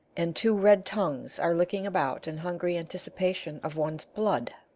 and two red tongues are licking about in hungry anticipation of one's blood.